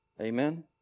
Amen